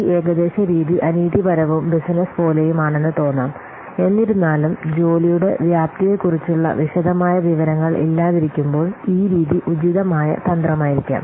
ഈ ഏകദേശരീതി അനീതിപരവും ബിസിനസ്സ് പോലെയുമാണെന്ന് തോന്നാം എന്നിരുന്നാലും ജോലിയുടെ വ്യാപ്തിയെക്കുറിച്ചുള്ള വിശദമായ വിവരങ്ങൾ ഇല്ലാതിരിക്കുമ്പോൾ ഈ രീതി ഉചിതമായ തന്ത്രമായിരിക്കാം